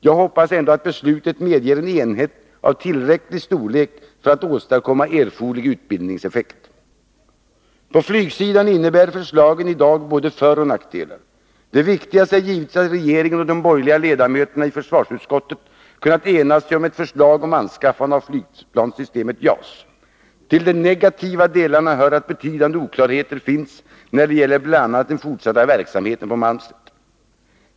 Jag hoppas ändå att beslutet medger en enhet av tillräcklig storlek för att åstadkomma erforderlig utbildningseffekt. På flygsidan innebär förslagen i dag både föroch nackdelar. Det viktigaste är givetvis att regeringen och de borgerliga ledamöterna i försvarsutskottet kunnat enas om anskaffande av flygplanssystemet JAS. Till de negativa delarna hör att betydande oklarheter finns när det gäller bl.a. den fortsatta verksamheten på Malmslätt.